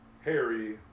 Harry